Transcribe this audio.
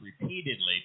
repeatedly